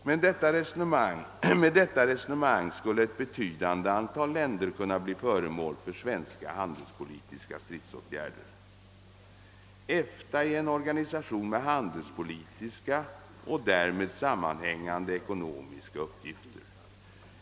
Med detta resonemang skulle ett betydande antal länder kunna bli före EFTA är en organisation med handelspolitiska och därmed sammanhängande ekonomiska uppgifter.